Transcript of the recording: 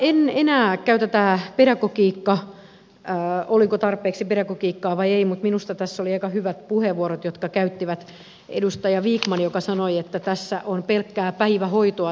en enää käy läpi tätä oliko tarpeeksi pedagogiikkaa vai ei mutta minusta tässä oli aika hyvät puheenvuorot jotka käytti edustaja vikman joka sanoi että tässä lainsäädännössä on pelkkää päivähoitoa